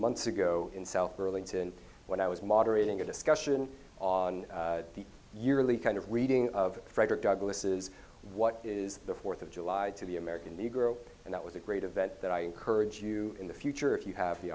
months ago in self pearlington when i was moderating a discussion on the yearly kind of reading of frederick douglass's what is the fourth of july to the american negro and that was a great event that i encourage you in the future if you have the